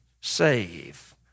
save